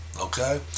Okay